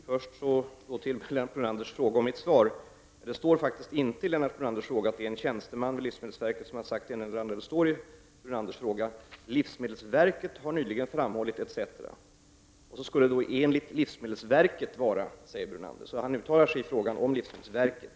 Herr talman! Jag vill först kommentera Lennart Brunanders fråga och mitt svar. Det står faktiskt inte i Lennart Brunanders fråga att det är en tjänsteman vid livsmedelsverket som har sagt det ena eller det andra. Det står att ”Livsmedelsverket har nyligen framhållit -—-”, etc. Det skulle enligt livsmedelsverket vara på ett visst sätt, säger Lennart Brunander, och han uttalar sig i sin fråga om livsmedelsverket.